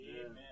Amen